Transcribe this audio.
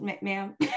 ma'am